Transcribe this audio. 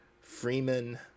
Freeman